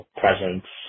presence